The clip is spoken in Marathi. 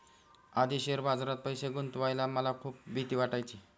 आधी शेअर बाजारात पैसे गुंतवायला मला खूप भीती वाटायची